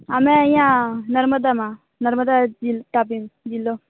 અમે અહિયાં નર્મદામાં નર્મદા તાપીમ જિલ્લો